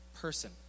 person